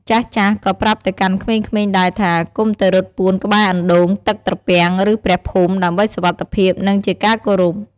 ចាស់ៗក៏ប្រាប់ទៅកាន់ក្មេងៗដែរថា កុំទៅរត់ពួនក្បែរអណ្តូង ទឹកត្រពាំង ឬ ព្រះភូមិ ដើម្បីសុវត្ថិភាព និងជាការគោរព។